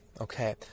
Okay